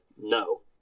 No